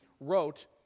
wrote